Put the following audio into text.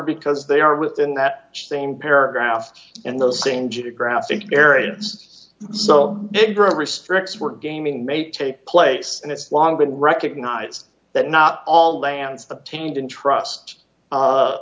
because they are within that same paragraph and the same geographic area it's so restricts where gaming may take place and it's long been recognized that not all lands obtained in trust